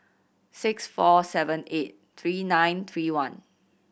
six four seven eight three nine three one